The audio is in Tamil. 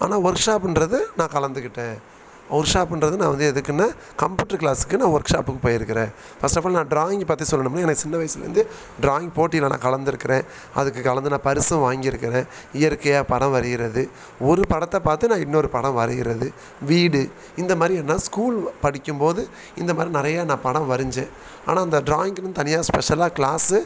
ஆனால் ஒர்க் ஷாப்புங்றது நான் கலந்துக்கிட்டேன் ஒர்க் ஷாப்புங்றது நான் வந்து எதுக்குன்னால் கம்ப்யூட்ரு க்ளாஸுக்கு நான் ஒர்க் ஷாப்புக்கு போயிருக்கிறேன் ஃபர்ஸ்ட் ஆஃப் ஆல் நான் ட்ராயிங்கை பற்றி சொல்லணும்னால் எனக்கு சின்ன வயசுலருந்து ட்ராயிங் போட்டிலெலாம் கலந்துருக்கிறேன் அதுக்கு கலந்து நான் பரிசும் வாங்கிருக்கிறேன் இயற்கையாக படம் வரைகிறது ஒரு படத்தை பார்த்து நான் இன்னொரு படம் வரைகிறது வீடு இந்த மாதிரி நான் ஸ்கூல் படிக்கும் போது இந்த மாதிரி நிறைய நான் படம் வரைஞ்சேன் ஆனால் அந்த ட்ராயிங்க்குனு தனியாக ஸ்பெஷலாக க்ளாஸ்ஸு